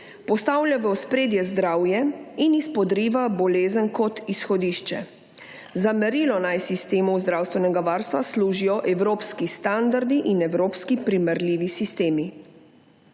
Postavlja v ospredje zdravje in izpodriva bolezen kot izhodišče. Za merilo naj sistem zdravstvenega varstva služijo evropski standardi in evropski primerljivi sistemi.